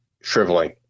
shriveling